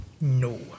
No